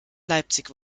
leipzig